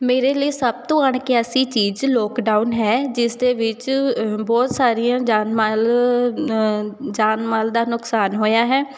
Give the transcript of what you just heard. ਮੇਰੇ ਲਈ ਸਭ ਤੋਂ ਅਣਕਿਆਸੀ ਚੀਜ਼ ਲੋਕਡਾਊਨ ਹੈ ਜਿਸ ਦੇ ਵਿੱਚ ਬਹੁਤ ਸਾਰੀਆਂ ਜਾਨ ਮਾਲ ਜਾਨ ਮਾਲ ਦਾ ਨੁਕਸਾਨ ਹੋਇਆ ਹੈ